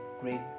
great